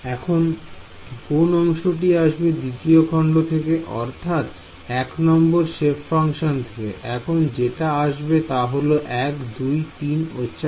এখন কোন অংশটি আসবে দ্বিতীয় খন্ড থেকে অর্থাৎ এক নম্বর সেপ ফাংশন থেকে এখন যেটা আসবে তা হল 1 2 3 4